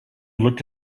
looked